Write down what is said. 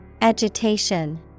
Agitation